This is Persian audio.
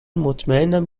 مطمئنم